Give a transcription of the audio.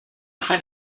خواین